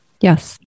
Yes